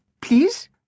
please